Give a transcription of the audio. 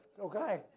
okay